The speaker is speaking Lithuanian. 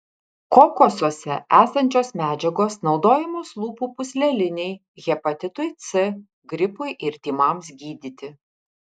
kokosuose esančios medžiagos naudojamos lūpų pūslelinei hepatitui c gripui ir tymams gydyti